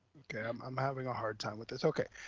okay, um i'm having a hard time with this, okay.